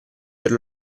per